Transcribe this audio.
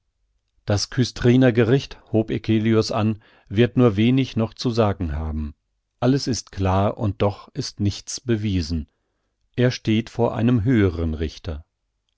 das küstriner gericht hob eccelius an wird nur wenig noch zu sagen haben alles ist klar und doch ist nichts bewiesen er steht vor einem höheren richter